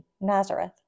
Nazareth